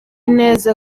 neza